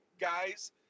guys